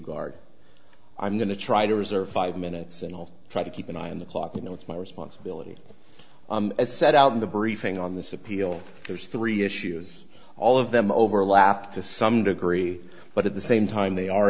guard i'm going to try to reserve five minutes and i'll try to keep an eye on the clock you know it's my responsibility as set out in the briefing on this appeal there's three issues all of them overlap to some degree but at the same time they are